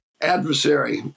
adversary